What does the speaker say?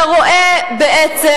תודה רבה.